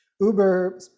Uber